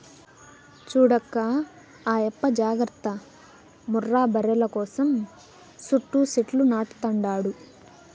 చూడక్కా ఆయప్ప జాగర్త ముర్రా బర్రెల కోసం సుట్టూ సెట్లు నాటతండాడు